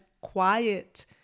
quiet